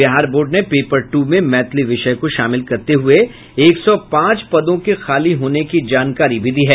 Bihar board ने paper ट्र में मैथिली विषय को शामिल करते हुये एक सौ पांच पदों के खाली होने की जानकारी दी है